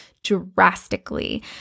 drastically